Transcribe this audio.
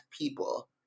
people